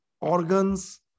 organs